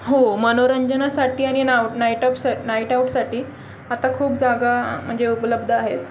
हो मनोरंजनासाठीटी आणि नाऊट नाई टॉपसाठी नाईट आऊटसाठी आता खूप जागा म्हणजे उपलब्ध आहेत